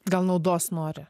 gal naudos nori